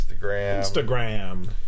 Instagram